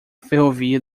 ferrovia